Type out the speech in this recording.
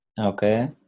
Okay